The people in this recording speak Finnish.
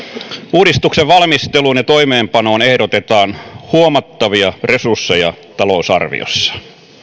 uudistuksen valmisteluun ja toimeenpanoon ehdotetaan huomattavia resursseja talousarviossa